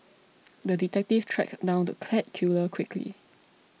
the detective tracked down the cat killer quickly